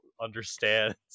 understands